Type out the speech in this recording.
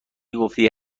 گفتی